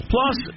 Plus